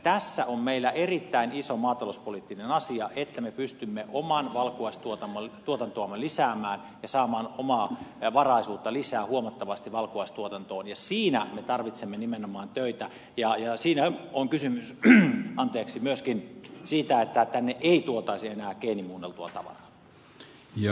tässä on meillä erittäin iso maatalouspoliittinen asia että me pystymme omaa valkuaistuotantoamme lisäämään ja saamaan omavaraisuutta lisää huomattavasti valkuaistuotantoon ja siinä me tarvitsemme nimenomaan töitä ja siinä on kysymys myöskin siitä että tänne ei tuotaisi enää geenimuunneltua tavaraa